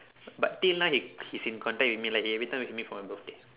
but till now he he's in contact with me lah he every time wish me for my birthday